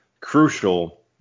crucial